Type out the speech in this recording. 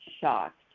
shocked